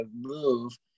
move